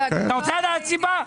אתה רוצה לדעת סיבה?